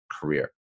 career